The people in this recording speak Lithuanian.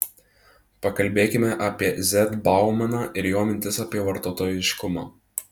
pakalbėkime apie z baumaną ir jo mintis apie vartotojiškumą